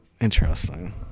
Interesting